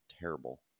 terrible